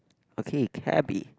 okay cabby